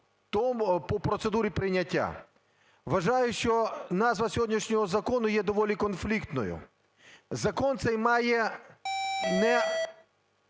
по процедурі прийняття. Вважаю, що назва сьогоднішнього закону є доволі конфліктною. Закон цей має не